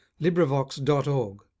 librivox.org